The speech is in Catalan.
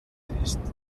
trist